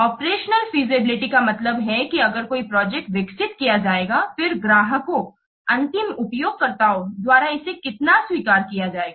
operational feasibility का मतलब है कि अगर कोई प्रोजेक्ट विकसित किया जाएगा फिर ग्राहकों अंतिम उपयोगकर्ताओं द्वारा इसे कितना स्वीकार किया जाएगा